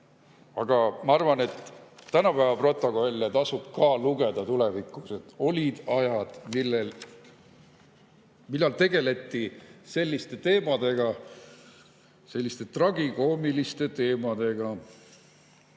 Aga ma arvan, et tänapäeva protokolle tasub ka lugeda tulevikus, et olid ajad, millal tegeleti selliste teemadega, selliste tragikoomiliste teemadega.